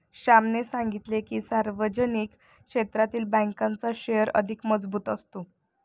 श्यामने सांगितले की, सार्वजनिक क्षेत्रातील बँकांचा शेअर अधिक मजबूत असतो